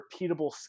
repeatable